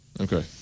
Okay